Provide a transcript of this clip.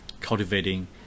cultivating